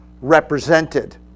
represented